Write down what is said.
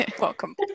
welcome